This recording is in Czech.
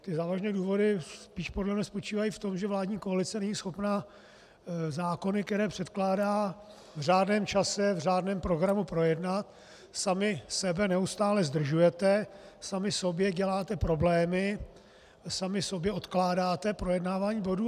Ty závažné důvody spíš podle mne spočívají v tom, že vládní koalice není schopna zákony, které předkládá, v řádném čase, v řádném programu projednat, sami sebe neustále zdržujete, sami sobě děláte problémy, sami sobě odkládáte projednávání bodů.